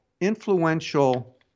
influential